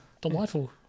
delightful